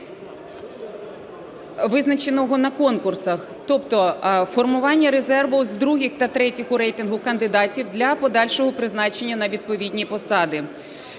визначеного на конкурсах. Тобто формування резерву з других та третіх у рейтингу кандидатів для подальшого призначення на відповідні посади.